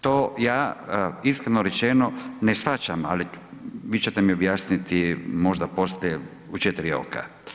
To ja iskreno rečeno, ne shvaćam ali vi ćete mi objasniti možda poslije u 4 oka.